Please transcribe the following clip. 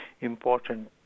important